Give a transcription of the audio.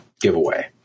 giveaway